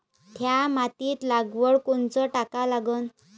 थ्या मातीत लिक्विड कोनचं टाका लागन?